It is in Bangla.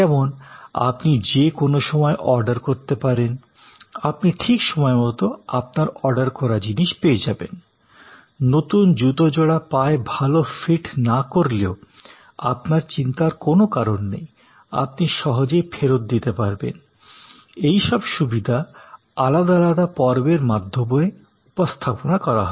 যেমন আপনি যে কোনও সময় অর্ডার করতে পারেন আপনি ঠিক সময়মতো আপনার অর্ডার করা জিনিস পেয়ে পাবেন নতুন জুতো জোড়া পায়ে ভাল ফিট না করলেও আপনার চিন্তার কোনও কারণ নেই আপনি সহজেই ফেরত দিতে পারবেন এইসব সুবিধা আলাদা আলাদা পর্বের মাধ্যমে উপস্থাপনা করা হয়ে